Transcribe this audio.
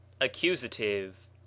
accusative